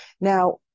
Now